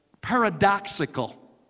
paradoxical